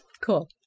Cool